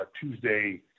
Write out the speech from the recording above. Tuesday